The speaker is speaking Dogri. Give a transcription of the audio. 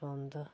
पौंदा